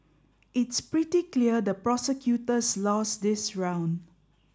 it's pretty clear the prosecutors lost this round